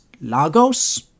Lagos